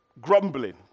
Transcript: grumbling